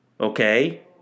okay